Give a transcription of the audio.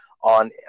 on